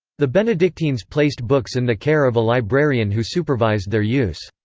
the benedictines placed books in the care of a librarian who supervised their use.